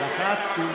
מבחוץ?